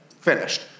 Finished